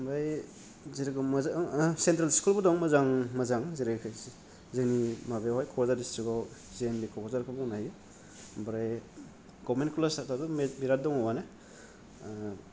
ओमफ्राय जेर'खम मोजां चेन्ट्रेल स्कुलबो दं मोजां मोजां जेरै खायसे जोंनि माबायावहाय क'कराझार डिस्ट्रिकआव जे एन भि क'क्राझारखौ बुंनो हायो ओमफ्राय गभमेन्ट कलेज दाथ नै बेराद दङआनो